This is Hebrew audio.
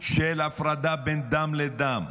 של הפרדה בין דם לדם?